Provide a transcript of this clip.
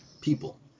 people